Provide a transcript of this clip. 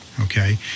okay